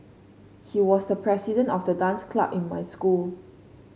he was the president of the dance club in my school